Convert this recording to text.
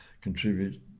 contribute